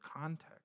context